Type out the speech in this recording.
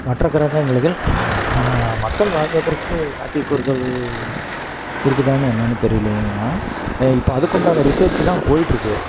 மற்ற கிரகங்கள்கள் மக்கள் வாழ்வதற்கு சாத்தியக்கூறுகள் இருக்குதான்னு என்னன்னு தெரியலீங்கண்ணா இப்போ அதுக்குண்டான ரிசர்ச் தான் போய்ட்ருக்கு